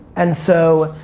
and so,